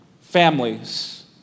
families